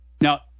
Now